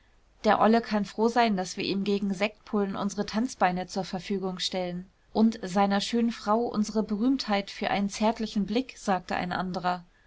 der olle kann froh sein daß wir ihm gegen sektpullen unsere tanzbeine zur verfügung stellen und seiner schönen frau unsere berühmtheit für einen zärtlichen blick sagte ein anderer